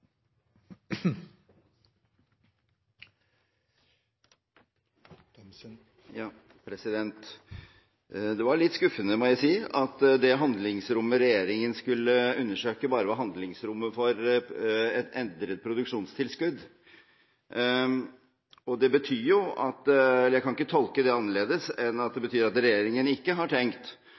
det var litt skuffende at det handlingsrommet regjeringen skulle undersøke, bare var handlingsrommet for et endret produksjonstilskudd. Jeg kan ikke tolke det annerledes enn at det betyr at regjeringen ikke har tenkt